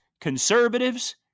Conservatives